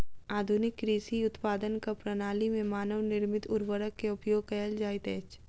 आधुनिक कृषि उत्पादनक प्रणाली में मानव निर्मित उर्वरक के उपयोग कयल जाइत अछि